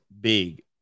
big